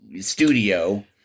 studio